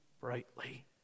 brightly